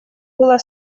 было